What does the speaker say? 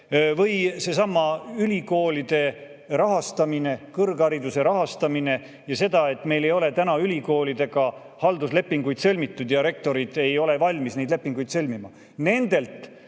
Või seesama ülikoolide rahastamine, kõrghariduse rahastamine ja see, et meil ei ole ülikoolidega halduslepinguid sõlmitud ja rektorid ei ole valmis neid lepinguid sõlmima. Nendelt